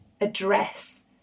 address